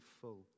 full